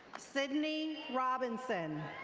sydney robinson.